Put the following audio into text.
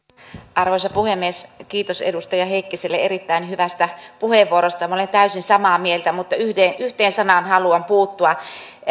arvoisa puhemies kiitos edustaja heikkiselle erittäin hyvästä puheenvuorosta minä olen täysin samaa mieltä mutta yhteen sanaan haluan puuttua